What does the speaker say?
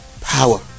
power